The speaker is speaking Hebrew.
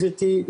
גבירתי,